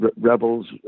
rebels